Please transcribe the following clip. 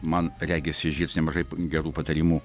man regis išgirsim nemažai gerų patarimų